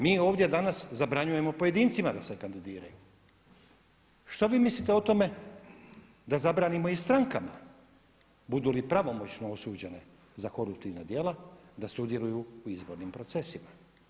Mi ovdje danas zabranjujemo pojedincima da se kandidiraju, što vi mislite o tome da zabranimo i strankama budu li pravomoćno osuđene za koruptivna djela da sudjeluju u izbornim procesima.